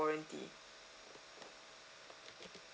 warranty